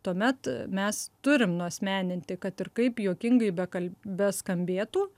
tuomet mes turim nuasmeninti kad ir kaip juokingai bekal beskambėtų